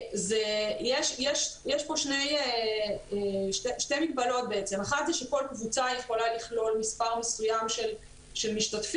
יש פה שתי מגבלות: האחת שכל קבוצה יכולה לכלול מספר מסוים של משתתפים,